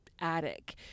attic